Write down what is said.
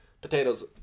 potatoes